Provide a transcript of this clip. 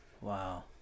wow